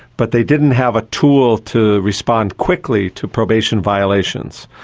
but they didn't have a tool to respond quickly to probation violations.